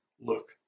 look